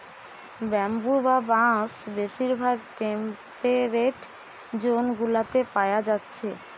bamboo বা বাঁশ বেশিরভাগ টেম্পেরেট জোন গুলাতে পায়া যাচ্ছে